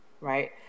right